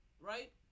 right